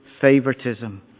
favoritism